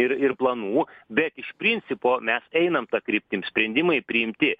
ir ir planų bet iš principo mes einam ta kryptim sprendimai priimti